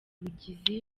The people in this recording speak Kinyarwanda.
bigizi